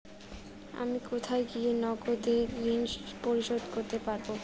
আমি কোথায় গিয়ে নগদে ঋন পরিশোধ করতে পারবো?